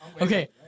Okay